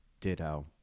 ditto